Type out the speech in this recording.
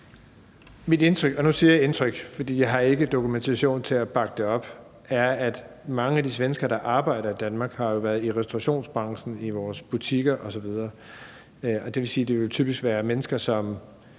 Mit indtryk – og nu siger jeg indtryk, for jeg har ikke set dokumentation til at bakke det op – er, at mange af de svenskere, der arbejder i Danmark, jo har været i restaurationsbranchen, i vores butikker osv., og det vil sige, at det typisk vil være mennesker, som